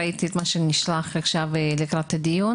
ראיתי את מה שנשלח עכשיו לקראת הדיון